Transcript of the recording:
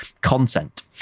content